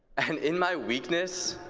and in my weakness,